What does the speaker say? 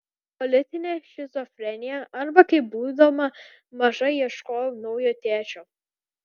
politinė šizofrenija arba kaip būdama maža ieškojau naujo tėčio